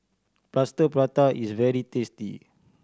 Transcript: Plaster Prata is very tasty